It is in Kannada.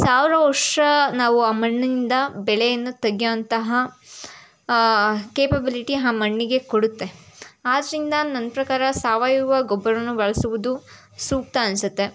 ಸಾವಿರ ವರ್ಷ ನಾವು ಆ ಮಣ್ಣಿಂದ ಬೆಳೆಯನ್ನು ತೆಗೆಯೋವಂತಹ ಕೇಪಬ್ಲಿಟಿ ಆ ಮಣ್ಣಿಗೆ ಕೊಡುತ್ತೆ ಆದ್ದರಿಂದ ನನ್ನ ಪ್ರಕಾರ ಸಾವಯವ ಗೊಬ್ಬರವನ್ನ ಬಳಸುವುದು ಸೂಕ್ತ ಅನಿಸುತ್ತೆ